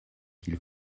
qu’il